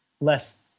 less